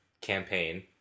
campaign